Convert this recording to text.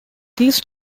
these